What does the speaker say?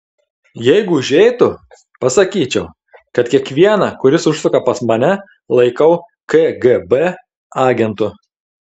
jeigu užeitų pasakyčiau kad kiekvieną kuris užsuka pas mane laikau kgb agentu